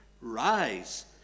Rise